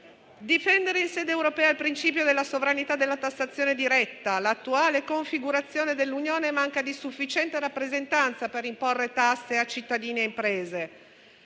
difendere, in sede europea, il principio della sovranità e della tassazione diretta. L'attuale configurazione dell'Unione manca di sufficiente rappresentanza per imporre tasse a cittadini e imprese.